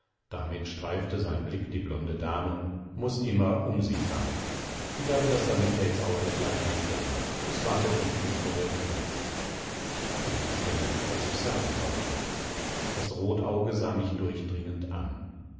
damit streifte sein blick die blonde dame muß immer um sie sein ich habe das sanitätsauto gleich mitgebracht es wartet unten vor der tür ich wußte nicht was ich sagen sollte das rotauge sah mich durchdringend an